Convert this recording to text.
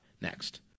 next